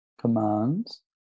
commands